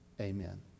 amen